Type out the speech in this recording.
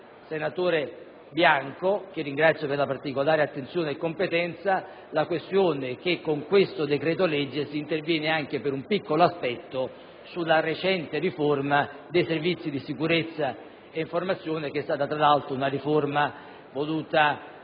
senatore Bianco, che ringrazio per la particolare attenzione e competenza, ha rilevato che con il presente decreto‑legge si interviene per un aspetto limitato sulla recente riforma dei Servizi di sicurezza e informazione, che è stata, tra l'altro, voluta